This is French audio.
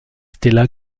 stella